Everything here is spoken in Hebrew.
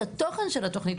התוכן של התוכנית.